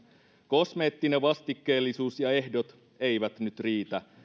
kosmeettinen vastikkeellisuus ja ehdot eivät nyt riitä